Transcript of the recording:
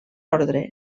ordre